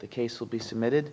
the case will be submitted